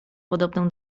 podobną